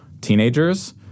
teenagers